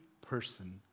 person